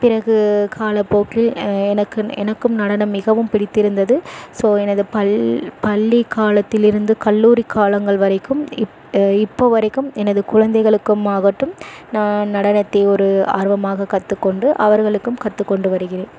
பிறகு காலப்போக்கில் எனக்கு எனக்கும் நடனம் மிகவும் பிடித்திருந்தது ஸோ எனது பள்ளி பள்ளி காலத்திலிருந்து கல்லூரி காலங்கள் வரைக்கும் இப்போது வரைக்கும் எனது குழந்தைகளுக்கும் ஆகட்டும் நடனத்தை ஒரு ஆர்வமாக கற்றுக்கொண்டு அவர்களுக்கும் கற்றுக்கொண்டு வருகிறேன்